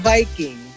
Viking